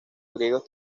griegos